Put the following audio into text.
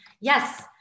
Yes